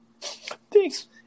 thanks